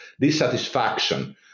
dissatisfaction